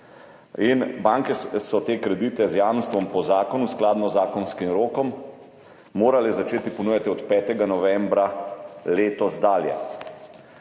Banke so te kredite z jamstvom po zakonu skladno z zakonskim rokom morale začeti ponujati od 5. novembra letos dalje.